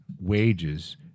wages